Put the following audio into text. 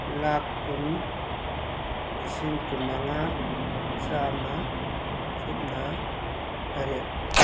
ꯂꯥꯛ ꯀꯨꯟ ꯂꯤꯁꯤꯡ ꯀꯨꯟꯃꯉꯥ ꯆꯥꯝꯃ ꯁꯨꯞꯅ ꯇꯔꯦꯠ